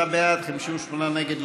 57 בעד, 58 נגד.